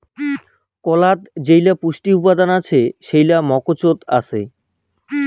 কলাত যেইলা পুষ্টি উপাদান আছে সেইলা মুকোচত আছে